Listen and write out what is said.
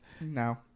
No